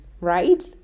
right